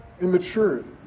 immaturity